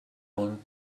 want